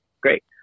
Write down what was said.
great